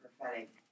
prophetic